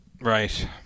Right